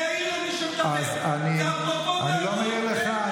אני לא מעיר לך,